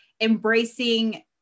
embracing